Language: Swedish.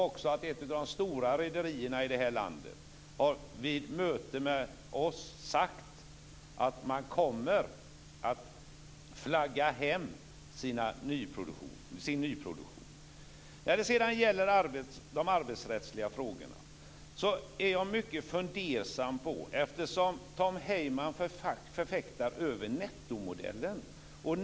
Ett av de stora rederierna i landet har vid ett möte med oss sagt att man kommer att flagga hem sin nyproduktion. Sedan var det de arbetsrättsliga frågorna. Tom Heyman förfäktar nettomodellen.